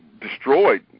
destroyed